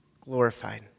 glorified